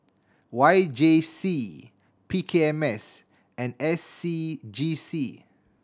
Y J C P K M S and S C G C